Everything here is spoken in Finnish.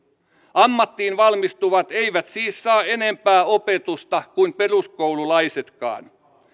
ammattiin valmistuvat eivät siis saa enempää opetusta kuin peruskoululaisetkaan